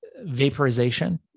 vaporization